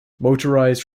motorized